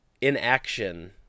inaction